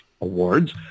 Awards